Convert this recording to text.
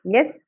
Yes